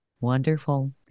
Wonderful